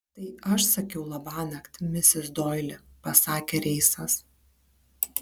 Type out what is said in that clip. tai aš sakiau labanakt misis doili pasakė reisas